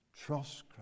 Trust